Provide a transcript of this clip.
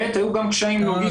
ב', היו גם קשיים לוגיסטיים.